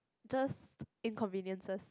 just inconveniences